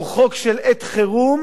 הוא חוק של עת חירום,